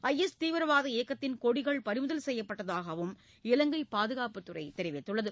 IS தீவிரவாத இயக்கத்தின் கொடிகள் பறிமுதல் செய்யப்பட்டதாகவும் இலங்கைபாதுகாப்புத்துறைதெரிவித்துள்ளது